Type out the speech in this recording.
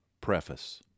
Preface